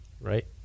right